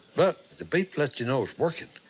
but the beep lets you know it's working.